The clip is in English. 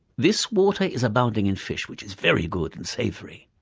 this water is abounding in fish, which is very good and savoury.